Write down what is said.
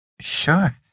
Sure